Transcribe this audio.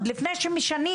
זה שינוי כיוון שלנו כמשרד